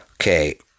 Okay